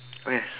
okay